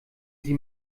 sie